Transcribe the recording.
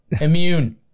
Immune